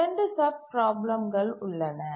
2 சப்பிராப்ளம்கல் உள்ளன